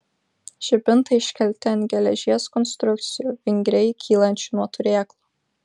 žibintai iškelti ant geležies konstrukcijų vingriai kylančių nuo turėklų